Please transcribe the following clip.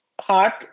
heart